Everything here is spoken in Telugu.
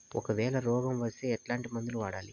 ఒకవేల రోగం వస్తే ఎట్లాంటి మందులు వాడాలి?